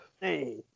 Hey